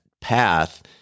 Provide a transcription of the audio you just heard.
path